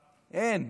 אין,